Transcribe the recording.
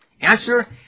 Answer